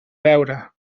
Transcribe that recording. beure